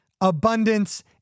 abundance